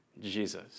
Jesus